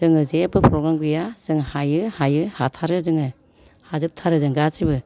जोङो जेबो प्रब्लेम गैया जों हायो हायो हाथारो जोङो हाजोबथारो जों गासिबो